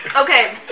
Okay